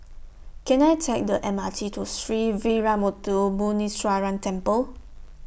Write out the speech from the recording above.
Can I Take The M R T to Sree Veeramuthu Muneeswaran Temple